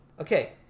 Okay